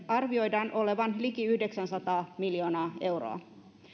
arvioidaan olevan liki yhdeksänsataa miljoonaa euroa